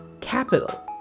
capital